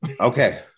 Okay